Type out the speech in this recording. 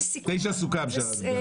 זה הסיכום עם יואב ועם כולם.